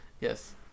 Yes